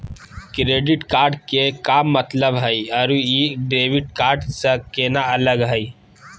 Credit card के का मतलब हई अरू ई डेबिट कार्ड स केना अलग हई?